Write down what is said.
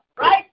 Right